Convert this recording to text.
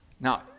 Now